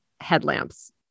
headlamps